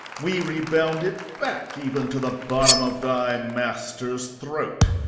we rebound it back, even to the bottom of thy master's throat.